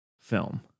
film